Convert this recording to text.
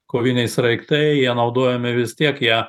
koviniai sraigtai jie naudojami vis tiek jie